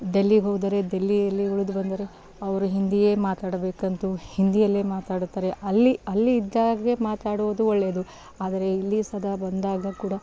ದೆಲ್ಲಿಗೆ ಹೋದರೆ ದೆಲ್ಲಿಯಲ್ಲಿ ಉಳಿದು ಬಂದರೆ ಅವರು ಹಿಂದಿಯೇ ಮಾತಾಡ್ಬೇಕಂತ ಹಿಂದಿಯಲ್ಲೇ ಮಾತಾಡುತ್ತಾರೆ ಅಲ್ಲಿ ಅಲ್ಲಿ ಇದ್ದಾಗೆ ಮಾತಾಡೋದು ಒಳ್ಳೇದು ಆದರೆ ಇಲ್ಲಿ ಸದಾ ಬಂದಾಗ ಕೂಡ